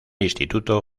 instituto